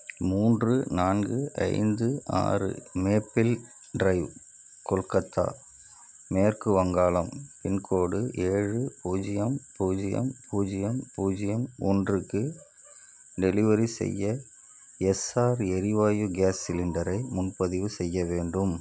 மூன்று நான்கு ஐந்து ஆறு மேப்பிள் ட்ரைவ் கொல்கத்தா மேற்கு வங்காளம் பின்கோடு ஏழு பூஜ்ஜியம் பூஜ்ஜியம் பூஜ்ஜியம் பூஜ்ஜியம் ஒன்றுக்கு டெலிவரி செய்ய எஸ்ஆர் எரிவாயு கேஸ் சிலிண்டரை முன்பதிவு செய்ய வேண்டும்